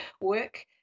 work